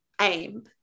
AIM